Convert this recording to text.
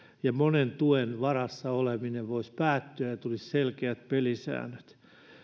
ja monen tuen varassa oleminen voisi päättyä ja tulisi selkeät pelisäännöt